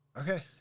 okay